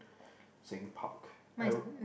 saying park arrow